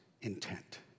intent